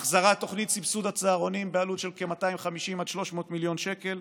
החזרת תוכנית סבסוד הצהרונים בעלות של כ-250 עד 300 מיליון שקל,